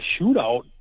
shootout